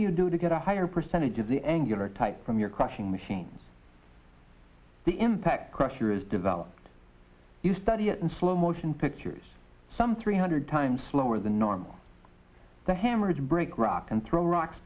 do you do to get a higher percentage of the angular type from your crushing machines the impact crusher is developed you study it in slow motion pictures some three hundred times slower than normal the hammers break rock and throw rocks